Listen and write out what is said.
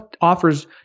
offers